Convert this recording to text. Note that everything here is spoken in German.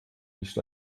nicht